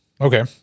okay